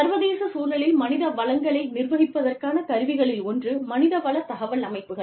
சர்வதேச சூழலில் மனித வளங்களை நிர்வகிப்பதற்கான கருவிகளில் ஒன்று மனித வள தகவல் அமைப்புகள்